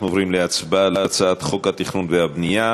אנחנו עוברים להצבעה על הצעת חוק התכנון והבנייה